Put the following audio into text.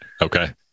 Okay